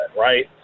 right